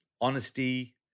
honesty